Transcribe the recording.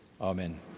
amen